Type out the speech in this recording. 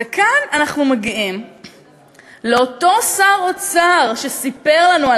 וכאן אנחנו מגיעים לאותו שר אוצר שסיפר לנו על